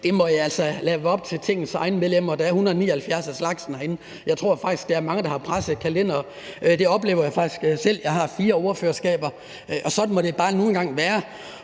altså lade være op til Tingets medlemmer – der er 179 af slagsen herinde – og jeg tror faktisk, at der er mange, der har pressede kalendere. Det oplever jeg faktisk selv, for jeg har fire ordførerskaber, og sådan må det nu engang bare være.